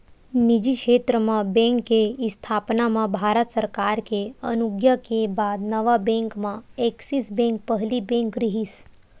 निजी छेत्र म बेंक के इस्थापना म भारत सरकार के अनुग्या के बाद नवा बेंक म ऐक्सिस बेंक पहिली बेंक रिहिस